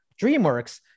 dreamworks